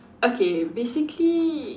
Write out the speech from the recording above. okay basically